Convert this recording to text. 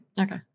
Okay